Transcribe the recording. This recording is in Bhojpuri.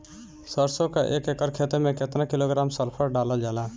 सरसों क एक एकड़ खेते में केतना किलोग्राम सल्फर डालल जाला?